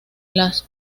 las